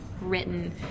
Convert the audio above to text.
written